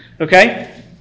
okay